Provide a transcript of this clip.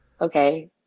okay